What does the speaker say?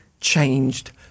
changed